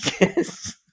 Yes